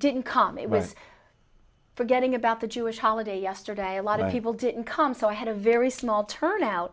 didn't come it was forgetting about the jewish holiday yesterday a lot of people didn't come so i had a very small turnout